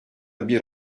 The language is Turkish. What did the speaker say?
bir